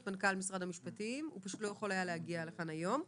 מנכ"ל משרד המשפטים אבל הוא לא היה יכול להגיע לכאן היום.